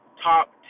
top